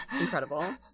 Incredible